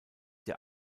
der